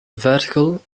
vertical